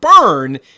burn